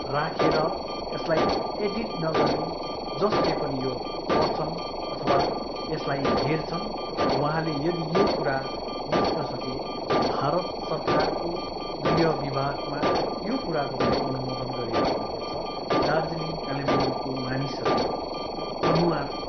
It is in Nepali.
राखेर यसलाई एडिट नगरी जसले पनि यो पढछन् अथवा यसलाई हेर्छन् उहाँले यदि को कुरा बुझ्नसके भारत सरकारको गृह विभागमा यो कुराको पनि अनुमोदन गरिएको हुनुपर्छ दार्जिलिङ कालिम्पोङको मानिसहरूको अनुहार